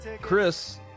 Chris